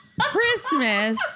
christmas